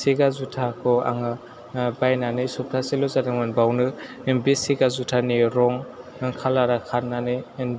सेगा जुथाखौ आङो ओह बायनानै सबथासेल' जादोंमोन बावनो बे सेगा जुथानि रं खालारा खारनानै